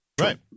Right